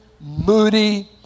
moody